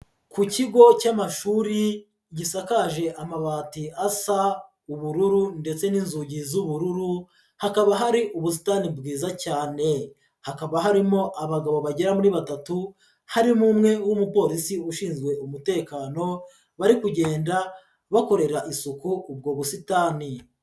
Ku kigo cy'amashuri gisakaje amabati asa ubururu ndetse n'inzugi z'ubururu, hakaba hari ubusitani bwiza cyane, hakaba harimo abagabo bagera muri batatu harimo umwe w'umupolisi ushinzwe umutekano, bari kugenda bakorera isuku ubwo busitani.